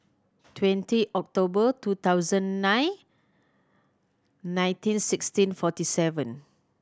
twenty October two thousand nine nineteen sixteen forty seven